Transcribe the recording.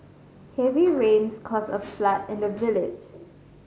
heavy rains caused a flood in the village